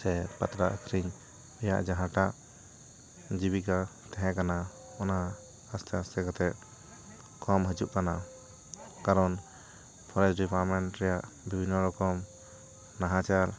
ᱥᱮ ᱯᱟᱛᱲᱟ ᱟᱠᱷᱨᱤᱧ ᱨᱮᱭᱟᱜ ᱡᱟᱦᱟᱴᱟᱜ ᱡᱤᱵᱤᱠᱟ ᱛᱟᱦᱮᱸ ᱠᱟᱱᱟ ᱚᱱᱟ ᱟᱥᱛᱮ ᱟᱥᱛᱮ ᱠᱟᱛᱮ ᱠᱚᱢ ᱦᱟᱹᱡᱩᱜ ᱠᱟᱱᱟ ᱠᱟᱨᱚᱱ ᱯᱷᱚᱨᱮᱥᱴ ᱰᱤᱯᱟᱨᱢᱮᱱᱴ ᱨᱮᱭᱟᱜ ᱵᱤᱵᱷᱤᱱᱚ ᱨᱚᱠᱚᱢ ᱱᱟᱦᱟᱪᱟᱨ